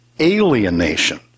alienation